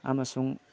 ꯑꯃꯁꯨꯡ